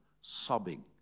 sobbing